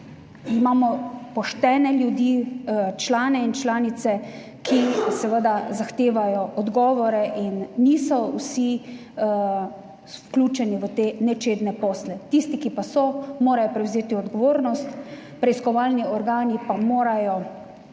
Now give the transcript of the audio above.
imamo poštene ljudi, člane in članice, ki seveda zahtevajo odgovore in niso vsi vključeni v te nečedne posle. Tisti, ki pa so, morajo prevzeti odgovornost. Preiskovalni organi pa morajo